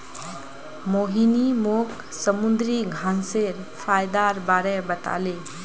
मोहिनी मोक समुंदरी घांसेर फयदार बारे बताले